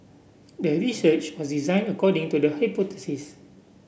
the research was designed according to the hypothesis